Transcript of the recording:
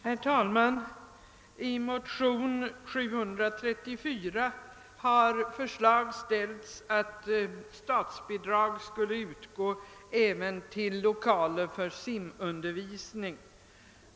Herr talman! I motionen II:734 har föreslagits, att statsbidrag skulle utgå även till lokaler för simundervisning.